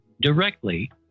directly